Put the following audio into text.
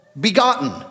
begotten